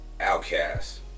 Outcast